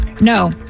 No